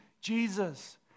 Jesus